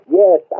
yes